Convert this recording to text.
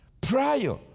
Prior